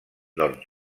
nord